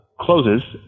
closes